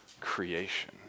creation